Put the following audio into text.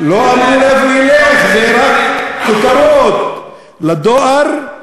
זה רק כותרות: לדואר,